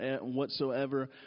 whatsoever